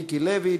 מיקי לוי,